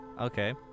Okay